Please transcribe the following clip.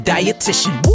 Dietitian